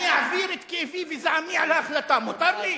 אני אעביר את כאבי וזעמי על ההחלטה, מותר לי?